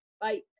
Bye